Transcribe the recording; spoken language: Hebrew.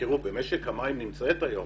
במשק המים נמצאת היום